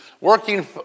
working